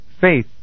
Faith